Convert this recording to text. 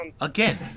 Again